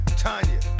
Tanya